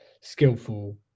skillful